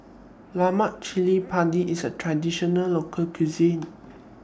Lemak Cili Padi IS A Traditional Local Cuisine